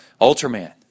ultraman